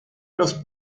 los